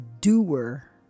doer